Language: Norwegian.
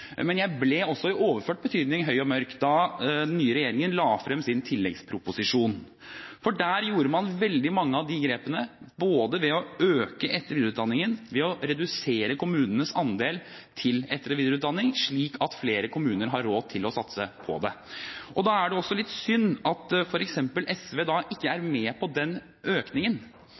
men jeg ble også i overført betydning «høy og mørk» da den nye regjeringen la frem sin tilleggsproposisjon. For der tok man veldig mange grep, både ved å øke etter- og videreutdanningen og ved å redusere kommunenes andel til etter- og videreutdanning slik at flere kommuner har råd til å satse på det. Da er det litt synd at f.eks. SV ikke er med på den økningen,